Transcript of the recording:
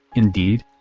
indeed?